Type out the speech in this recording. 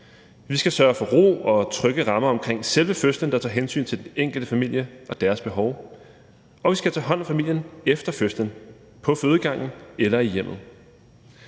vi skal sørge for ro og trygge rammer omkring selve fødslen – nogle, der tager hensyn til den enkelte familie og deres behov – og vi skal tage hånd om familien efter fødslen, på fødegangen eller i hjemmet.